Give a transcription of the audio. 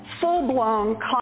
full-blown